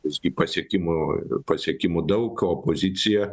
visgi pasiekimų pasiekimų daug o opozicija